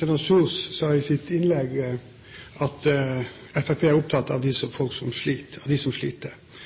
Kjønaas Kjos sa i sitt innlegg at Fremskrittspartiet er opptatt av dem som sliter. Ja, dessverre er det sosiale helseforskjeller i Norge – tolv års forskjell i levealderen i Oslo avhengig av